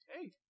Hey